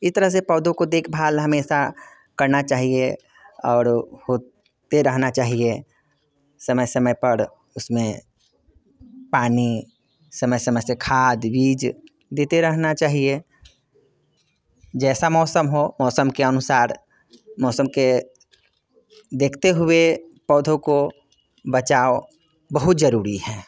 इस तरह से पौधों को देखभाल हमेशा करना चाहिए और होते रहना चाहिए समय समय पर उसमें पानी समय समय से खाद बीज देते रहना चाहिए जैसा मौसम हो मौसम के अनुसार मौसम के देखते हुए पौधों को बचाव बहुत जरूरी है